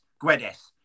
Guedes